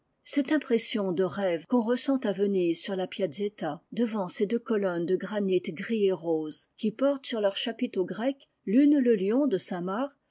cette impression de rêve qu'on ressent à venise sur la piazzetta devant ses deux colonnes de granit gris et rose qui portent sur leurs chapiteaux grecs l'une le lion de saint-marc